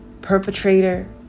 perpetrator